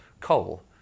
coal